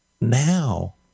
now